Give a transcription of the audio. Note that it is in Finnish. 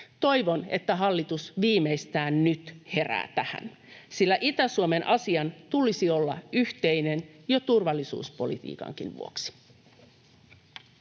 Toivon, että hallitus viimeistään nyt herää tähän, sillä Itä-Suomen asian tulisi olla yhteinen jo turvallisuuspolitiikankin vuoksi.